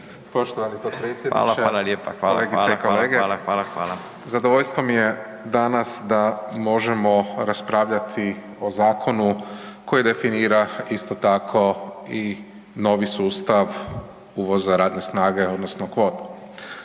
Poštovani potpredsjedniče, kolegice i kolege. Zadovoljstvo mi je danas da možemo raspravljati o zakonu koji definira isto tako i novi sustav uvoza radne snage odnosno kvotu.